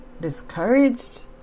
discouraged